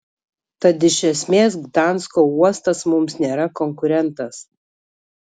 tad iš esmės gdansko uostas mums nėra konkurentas